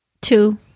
Two